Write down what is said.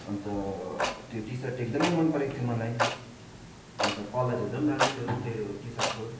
अन्त त्यो T shirt एकदम मन परेको थियो मलाई अन्त कलरहरू राम्रो थियो त्यो टिसर्टको